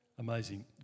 Amazing